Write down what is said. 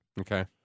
Okay